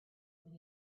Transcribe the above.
when